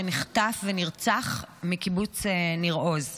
שנחטף מקיבוץ ניר עוז ונרצח.